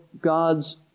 God's